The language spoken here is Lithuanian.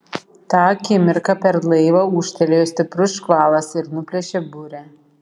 tą akimirką per laivą ūžtelėjo stiprus škvalas ir nuplėšė burę